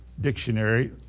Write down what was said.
dictionary